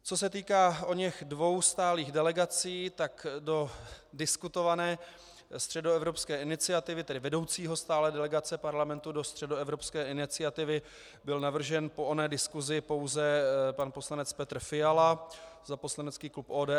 Co se týká oněch dvou stálých delegací, tak do diskutované Středoevropské iniciativy, tedy vedoucího stálé delegace Parlamentu do Středoevropské iniciativy, byl navržen po oné diskusi pouze pan poslanec Petr Fiala za poslanecký klub ODS.